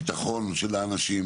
ביטחון של האנשים